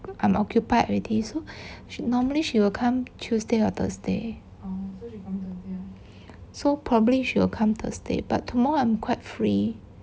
I am occupied already so she normally she will come tuesday or thursday so probably she will come thursday but tomorrow I'm quite free